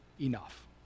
enough